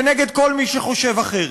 ונגד כל מי שחושב אחרת.